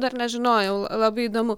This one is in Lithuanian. dar nežinojau la labai įdomu